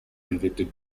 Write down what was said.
convicted